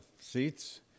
seats